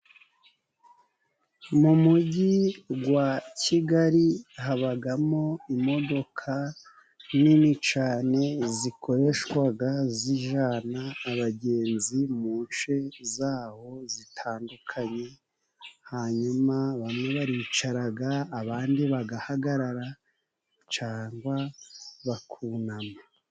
Mu mujyi wa kigali habamo imodoka nini cyane, zikoreshwa zijyana abagenzi mu duce twaho dutandukanye, hanyuma bamwe baricara abandi bagahagarara cyangwa bakunama.